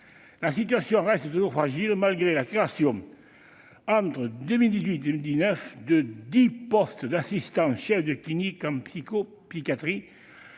La situation demeure fragile, malgré la création entre 2018 et 2019 de dix postes d'assistants-chefs de clinique en pédopsychiatrie.